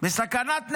בסכנת נפשות,